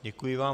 Děkuji vám.